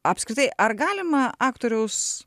apskritai ar galima aktoriaus